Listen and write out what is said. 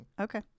Okay